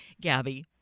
Gabby